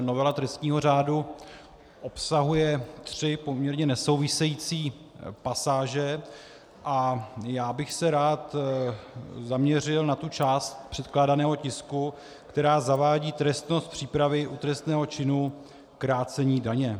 Novela trestního řádu obsahuje tři poměrně nesouvisející pasáže a já bych se rád zaměřil na tu část předkládaného tisku, která zavádí trestnost přípravy u trestného činu krácení daně.